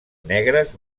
negres